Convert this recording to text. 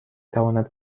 تواند